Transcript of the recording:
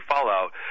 fallout